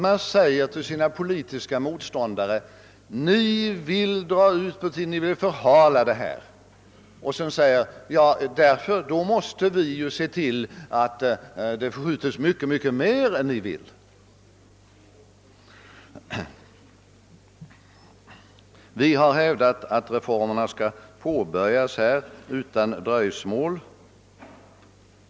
Man säger till sina politiska motståndare: Ni vill förhala detta ärende. Därför måste vi se till att det förskjutes framåt mycket mer än ni vill! Vi har hävdat att genomförandet av reformerna skall påbörjas utan dröjsmål.